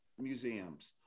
museums